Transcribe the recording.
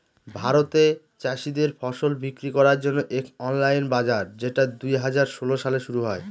ভারতে চাষীদের ফসল বিক্রি করার জন্য এক অনলাইন বাজার যেটা দুই হাজার ষোলো সালে শুরু হয়